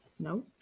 No